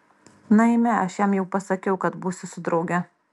na eime aš jam jau pasakiau kad būsiu su drauge